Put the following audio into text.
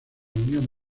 unión